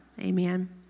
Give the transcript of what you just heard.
Amen